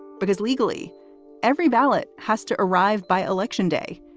because legally every ballot has to arrive by election day,